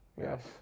Yes